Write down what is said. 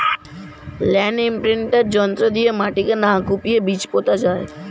land imprinter যন্ত্র দিয়ে মাটিকে না কুপিয়ে বীজ পোতা যায়